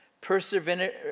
Perseverance